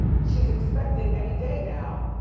she's expecting any day now.